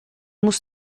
muss